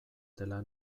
dela